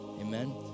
Amen